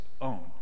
own